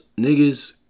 niggas